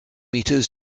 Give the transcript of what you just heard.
meters